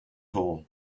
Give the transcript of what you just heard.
hole